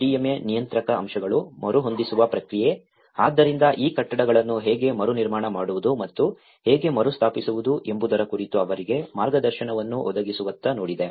GSDMA ನಿಯಂತ್ರಕ ಅಂಶಗಳು ಮರುಹೊಂದಿಸುವ ಪ್ರಕ್ರಿಯೆ ಆದ್ದರಿಂದ ಈ ಕಟ್ಟಡಗಳನ್ನು ಹೇಗೆ ಮರುನಿರ್ಮಾಣ ಮಾಡುವುದು ಮತ್ತು ಹೇಗೆ ಮರುಸ್ಥಾಪಿಸುವುದು ಎಂಬುದರ ಕುರಿತು ಅವರಿಗೆ ಮಾರ್ಗದರ್ಶನವನ್ನು ಒದಗಿಸುವತ್ತ ನೋಡಿದೆ